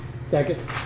Second